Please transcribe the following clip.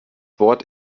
wort